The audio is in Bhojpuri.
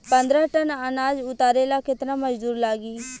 पन्द्रह टन अनाज उतारे ला केतना मजदूर लागी?